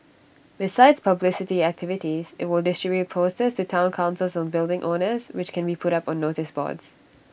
besides publicity activities IT will distribute posters to Town councils and building owners which can be put up on noticeboards